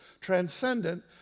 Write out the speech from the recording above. transcendent